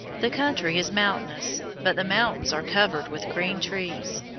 the country is mountainous, but the mountains are covered with green trees.